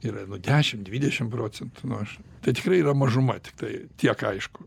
yra nu dešim dvidešim procentų nu aš tai tikrai yra mažuma tiktai tiek aišku